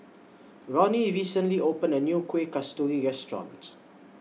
Ronny recently opened A New Kueh Kasturi Restaurant